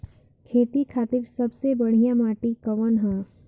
खेती खातिर सबसे बढ़िया माटी कवन ह?